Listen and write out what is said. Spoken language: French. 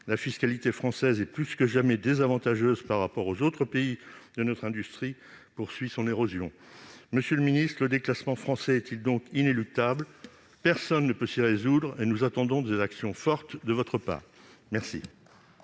la fiscalité française est plus que jamais désavantageuse par rapport aux autres pays, et notre industrie poursuit son érosion. Monsieur le ministre, le déclassement français est-il donc inéluctable ? Personne ne peut s'y résoudre. C'est pourquoi nous attendons des actions fortes de votre part !